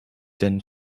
denn